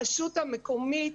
הרשות המקומית